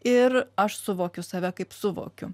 ir aš suvokiu save kaip suvokiu